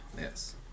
Yes